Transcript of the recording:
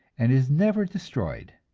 and is never destroyed,